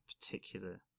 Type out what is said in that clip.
particular